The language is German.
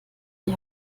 die